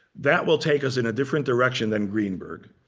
that will take us in a different direction than greenberg.